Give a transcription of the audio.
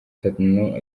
itanu